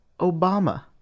Obama